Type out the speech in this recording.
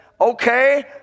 Okay